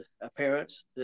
appearance